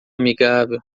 amigável